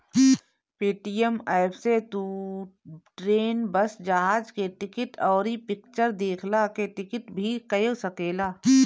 Paytm app से तू train, bus, जहाज के टिकट, अउरी फिक्चर देखला के टिकट भी कअ सकेला